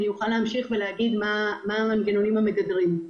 אני אוכל להמשיך ולהגיד מה הם המנגנונים המגדרים.